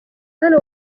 hano